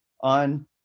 on